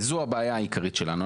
וזו הבעיה העיקרית שלנו.